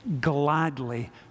gladly